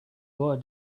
boy